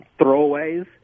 throwaways